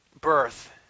birth